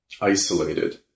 isolated